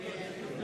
הצעת